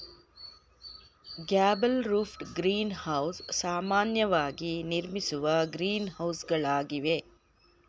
gable roofed green house ಸಾಮಾನ್ಯವಾಗಿ ನಿರ್ಮಿಸುವ ಗ್ರೀನ್ಹೌಸಗಳಾಗಿವೆ